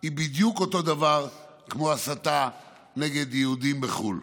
היא בדיוק אותו דבר כמו ההסתה נגד יהודים בחו"ל.